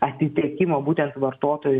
atitekimo būtent vartotojui